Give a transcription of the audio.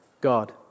God